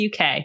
UK